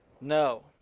no